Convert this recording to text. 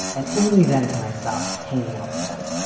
and only then can i stop hanging out with them.